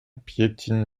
piétine